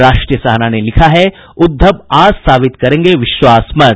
राष्ट्रीय सहारा ने लिखा है उद्धव आज साबित करेंगे विश्वास मत